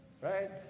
Right